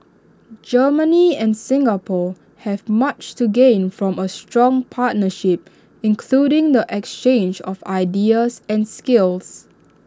Germany and Singapore have much to gain from A strong partnership including the exchange of ideas and skills